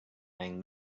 hang